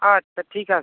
আচ্ছা ঠিক আছে